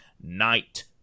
Night